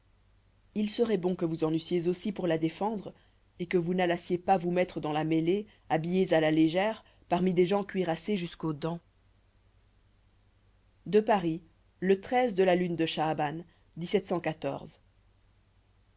il seroit bon que vous en eussiez aussi pour la défendre et que vous n'allassiez pas vous mettre dans la mêlée habillés à la légère parmi des gens cuirassés jusques aux dents à paris le de la lune de chahban